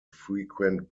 frequent